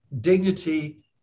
dignity